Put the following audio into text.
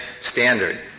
standard